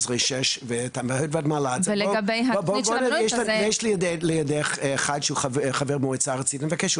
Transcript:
6/13. בבקשה, נמצא חבר מועצה ארצית.